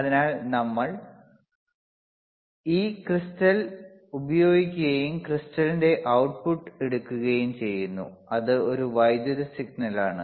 അതിനാൽ നമ്മൾ ഈ ക്രിസ്റ്റൽ ഉപയോഗിക്കുകയും ക്രിസ്റ്റലിന്റെ output എടുക്കുകയും ചെയ്യുന്നു അത് ഒരു വൈദ്യുത സിഗ്നലാണ്